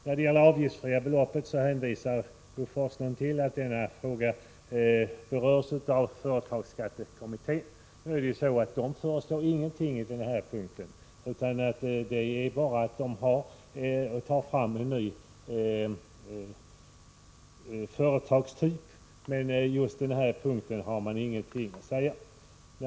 När det gäller det avgiftsfria beloppet hänvisar Bo Forslund till att denna fråga berörs av företagsskattekommittén. Men den föreslår ingenting på den här punkten. Den tar bara fram en ny företagstyp, på just den här punkten har man ingenting att säga.